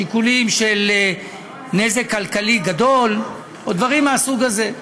שיקולים של נזק כלכלי גדול או דברים מהסוג הזה.